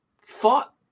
fought